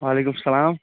وعلیکُم اَسلام